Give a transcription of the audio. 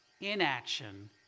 Inaction